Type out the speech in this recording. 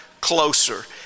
closer